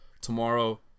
tomorrow